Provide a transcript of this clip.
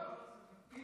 היו